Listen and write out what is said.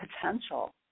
potential